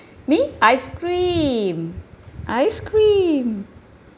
me ice-cream ice-cream